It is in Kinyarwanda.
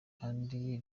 kandi